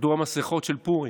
ירדו המסכות של פורים.